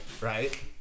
right